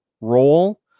role